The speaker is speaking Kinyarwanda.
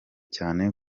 cyane